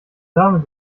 damit